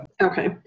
Okay